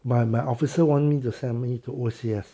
my my my officer want me to send me to O_C_S